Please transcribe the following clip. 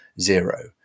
zero